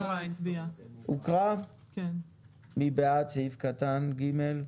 מי בעד סעיף קטן (ג)?